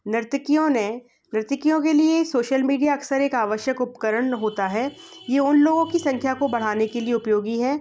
नर्तकियों ने नर्तकियों के लिए शोशल मीडिया अक्सर एक आवश्यक उपकरण होता है यह उन लोगों की संख्या को बढ़ाने के लिए उपयोगी है